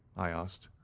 i asked.